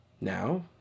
now